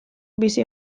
bizi